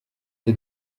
the